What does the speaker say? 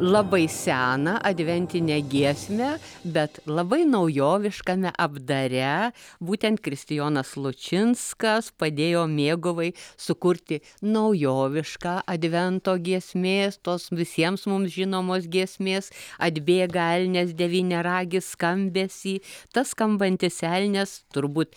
labai seną adventinę giesmę bet labai naujoviškame apdare būtent kristijonas lučinskas padėjo mėguvai sukurti naujovišką advento giesmės tos visiems mums žinomos giesmės atbėga elnias devyniaragis skambesį tas skambantis elnias turbūt